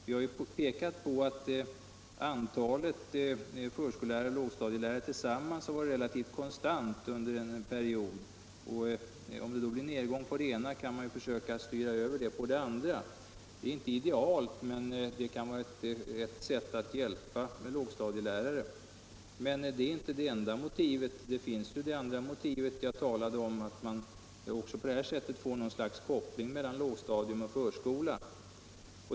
Vi har pekat på att antalet intagna till förskolläraroch lågstadielärarutbildning varit relativt konstant under en period. Om det blir 293 en nedgång i den ena gruppen kan man försöka styra över dem till den andra gruppen. Det är inte en idealisk ordning, men det kan vara ett sätt att hjälpa lågstadielärare. Men detta är inte det enda motivet. Ett annat motiv är att man på detta sätt får ett slags koppling mellan lågstadium och förskola.